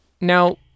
Now